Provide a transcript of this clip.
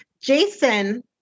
Jason